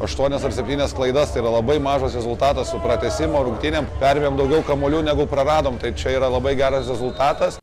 aštuonias ar septynias klaidas tai yra labai mažas rezultatas su pratęsimo rungtynėm perėmėm daugiau kamuolių negu praradom tai čia yra labai geras rezultatas